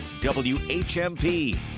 whmp